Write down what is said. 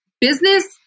business